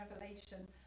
revelation